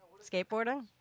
Skateboarding